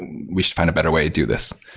and we should find a better way to do this.